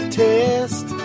test